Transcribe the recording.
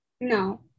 No